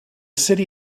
city